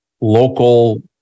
local